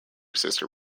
sister